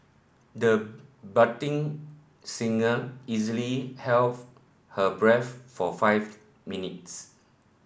the budding singer easily held her breath for five minutes